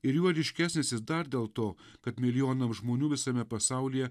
ir juo ryškesnis jis dar dėl to kad milijonam žmonių visame pasaulyje